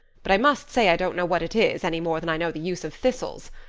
but i must say i don't know what it is any more than i know the use of thistles.